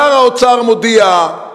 שר האוצר מודיע,